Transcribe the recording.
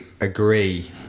agree